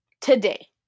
Today